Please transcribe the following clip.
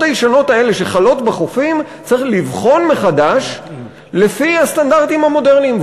הישנות האלה שחלות בחופים צריך לבחון מחדש לפי הסטנדרטים המודרניים,